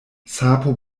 sapo